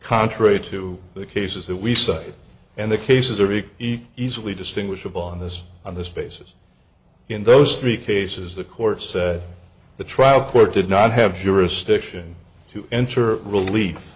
contrary to the cases that we cited and the cases are big easily distinguishable on this on this basis in those three cases the court said the trial court did not have jurisdiction to enter relief